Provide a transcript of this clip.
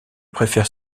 préfère